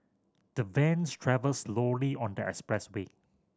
the vans travelled slowly on their expressway